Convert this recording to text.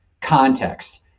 context